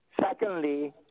Secondly